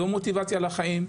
מוטיבציה לחיים,